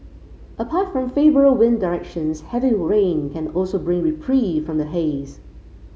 apart from favourable wind directions heavy rain can also bring reprieve from the haze